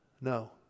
No